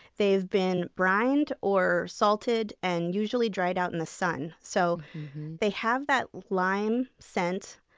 they've been brined or salted and usually dried out in the sun. so they have that lime scent,